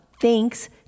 Thanks